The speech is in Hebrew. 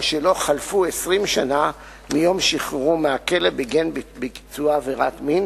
או שלא חלפו 20 שנה מיום שחרורו מהכלא בגין ביצוע עבירת מין,